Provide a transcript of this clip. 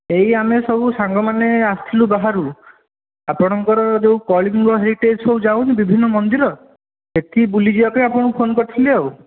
ଏଇ ଆମେ ସବୁ ସାଙ୍ଗମାନେ ଆସିଥିଲୁ ବାହାରୁ ଆପଣଙ୍କର ଯେଉଁ କଳିଙ୍ଗ ହେରିଟେଜ୍ ହେଇକି ଯେଉଁ ଯାଉନି ବିଭିନ୍ନ ମନ୍ଦିର ସେଠି ବୁଲିଯିବା ପାଇଁ ଆପଣଙ୍କୁ ଫୋନ୍ କରିଥିଲି ଆଉ